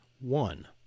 One